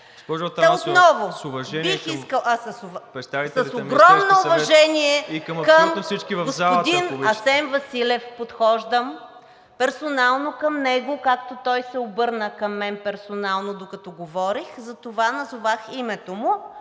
С огромно уважение към господин Асен Василев подхождам, персонално към него, както той се обърна към мен, персонално, докато говорех, затова назовах името му,